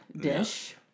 dish